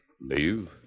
Leave